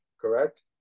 correct